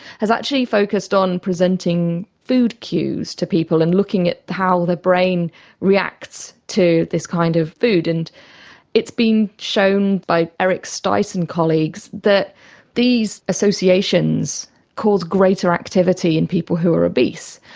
has actually focused on presenting food cues to people and looking at how the brain reacts to this kind of food. and it's been shown by eric stice and colleagues that these associations cause greater activity in people who are obese.